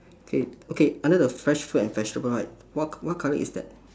K okay under the fresh food and vegetable right what what colour is that